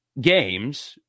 games